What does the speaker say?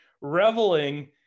reveling